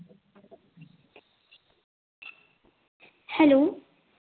hello